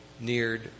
neared